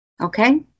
Okay